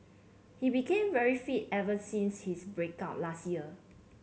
he became very fit ever since his break up last year